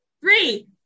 three